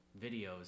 videos